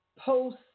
post